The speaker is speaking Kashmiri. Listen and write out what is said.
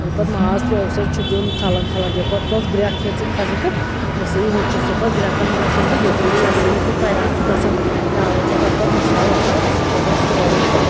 ییٚلہِ پَتہٕ ماز ترٛووُس چھُ دیٛن کھلَن کھلَن ییٚلہِ پَتہٕ تَتھ گرٛیٚکھ ہیٚژھٕن کھژٕنۍ تہٕ یہِ ہسا یہِ ہُو چھُ سُہ پَتہٕ گرٛیٚکَن گرٛیٚکن تہٕ یہِ ہسا یہِ چھُ سُھ پتہٕ تَیار گژھان ترٛاوان چھِ پَتہٕ تَتھ مَصالہٕ وَصالہٕ اصٕل پٲٹھۍ سورُے تہٕ